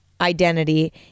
identity